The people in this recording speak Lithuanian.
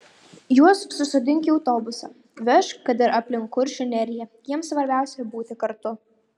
juos susodink į autobusą vežk kad ir aplink kuršių neriją jiems svarbiausia būti kartu